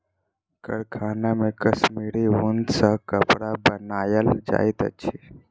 कारखाना मे कश्मीरी ऊन सॅ कपड़ा बनायल जाइत अछि